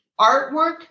artwork